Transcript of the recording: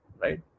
right